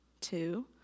Two